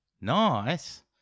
Nice